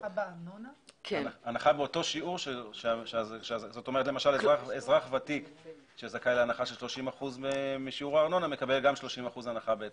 את התיקון הזה שר הפנים סירב להכניס להוראת